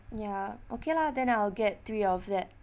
ya okay lah then I'll get three of that